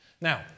Now